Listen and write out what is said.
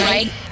Right